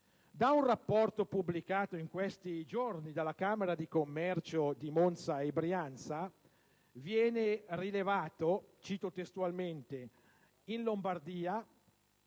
Da un rapporto pubblicato in questi giorni dalla camera di commercio di Monza e Brianza viene rilevato - cito testualmente - che in Lombardia,